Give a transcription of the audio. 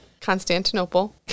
Constantinople